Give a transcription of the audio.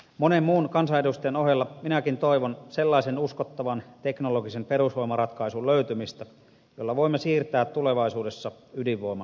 monen muun kansanedustajan ohella minäkin toivon sellaisen uskottavan teknologisen perusvoimaratkaisun löytymistä jolla voimme siirtää tulevaisuudessa ydinvoiman historiaan